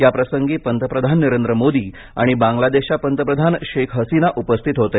याप्रसंगी पंतप्रधान नरेंद्र मोदी आणि बांग्लादेशच्या पंतप्रधान शेख हसीना उपस्थित होते